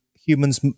humans